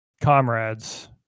comrades